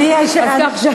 אז כך,